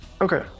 Okay